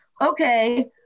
okay